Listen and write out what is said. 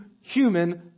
human